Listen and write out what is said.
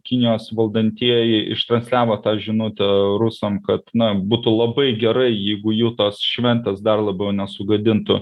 kinijos valdantieji ištransliavo tą žinutę rusam kad na būtų labai gerai jeigu jų tos šventės dar labiau nesugadintų